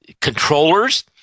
controllers